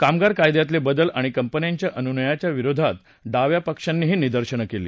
कामगार कायद्यातले बदल आणि कंपन्यांच्या अनुनयाच्या विरोधात डाव्या पक्ष्यांनीही निदर्शनं केली